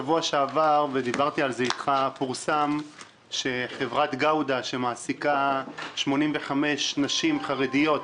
בשבוע שעבר פורסם שחברת גאודע שמעסיקה 85 נשים חרדיות,